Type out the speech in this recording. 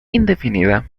indefinida